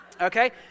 Okay